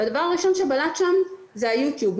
והדבר הראשון שבלט שם זה היוטיוב,